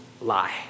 lie